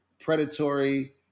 predatory